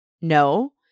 No